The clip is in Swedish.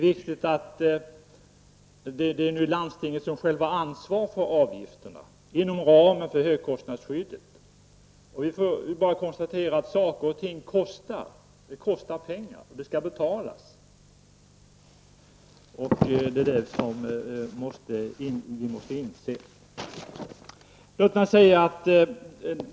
Landstingen kommer att själva ha ansvar för avgifterna inom ramen för höginkomstskyddet. Vi måste konstatera att saker och ting kostar och måste betalas. Detta måste vi inse.